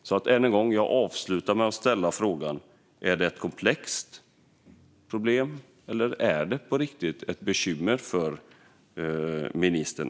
Jag avslutar alltså med att än en gång ställa frågan om denna företeelse är ett komplext problem eller ett riktigt bekymmer för ministern.